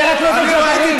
זה היה קרוב לליבו.